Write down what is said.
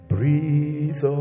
Breathe